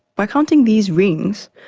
by counting these rings,